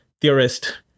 theorist